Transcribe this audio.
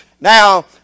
Now